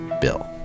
bill